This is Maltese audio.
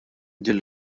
din